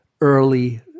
early